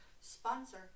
Sponsor